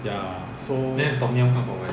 ya so